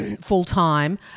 full-time